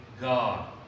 God